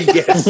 Yes